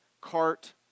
cart